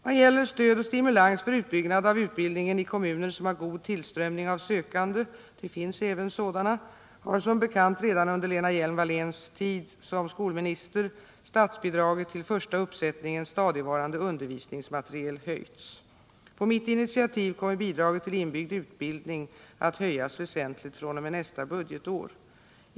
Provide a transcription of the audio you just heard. Vad gäller stöd och stimulans för utbyggnad av utbildningen i kommuner som har god tillströmning av sökande — det finns även sådana — har som bekant redan under Lena Hjelm-Walléns tid som skolminister statsbidraget till första uppsättningen stadigvarande undervisningsmateriel höjts. På mitt initiativ kommer bidraget till inbyggd utbildning att höjas väsentligt fr.o.m. nästa budgetår.